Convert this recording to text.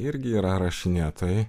irgi yra rašinėtojai